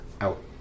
out